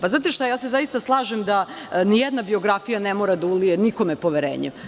Pa znate šta, zaista se slažem da ni jedna biografija ne mora da ulije nikome poverenje.